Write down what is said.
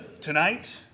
Tonight